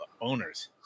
owners